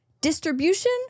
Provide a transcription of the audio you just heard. distribution